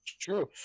True